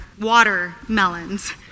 watermelons